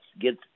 get